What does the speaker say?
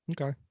Okay